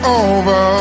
over